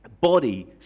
body